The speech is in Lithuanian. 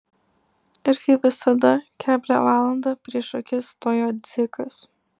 ir kaip visada keblią valandą prieš akis stojo dzikas